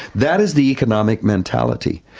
that is the economic mentality.